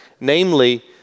namely